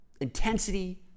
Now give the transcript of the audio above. intensity